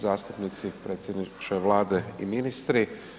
Zastupnici, predsjedniče Vlade i ministri.